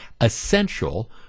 essential